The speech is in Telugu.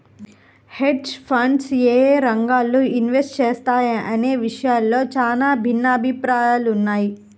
హెడ్జ్ ఫండ్స్ యేయే రంగాల్లో ఇన్వెస్ట్ చేస్తాయనే విషయంలో చానా భిన్నాభిప్రాయాలున్నయ్